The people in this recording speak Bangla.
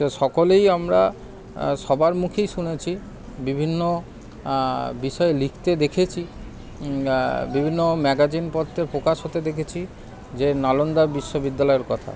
তো সকলেই আমরা সবার মুখেই শুনেছি বিভিন্ন বিষয়ে লিখতে দেখেছি বিভিন্ন ম্যাগাজিন পত্রে প্রকাশ হতে দেখেছি যে নালন্দা বিশ্ববিদ্যালয়ের কথা